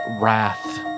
Wrath